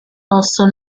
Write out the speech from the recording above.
also